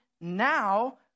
now